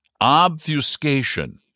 obfuscation